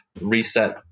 reset